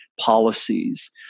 policies